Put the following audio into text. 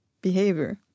behavior